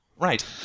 Right